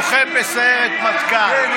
לוחם בסיירת מטכ"ל.